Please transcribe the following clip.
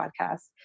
podcast